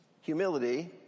humility